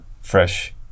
fresh